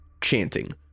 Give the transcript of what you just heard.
chanting